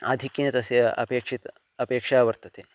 आधिक्येन तस्य अपेक्षा अपेक्षा वर्तते